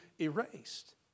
erased